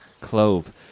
Clove